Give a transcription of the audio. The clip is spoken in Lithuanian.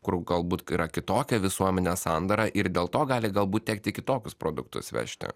kur galbūt yra kitokia visuomenės sandara ir dėl to gali galbūt tekti kitokius produktus vežti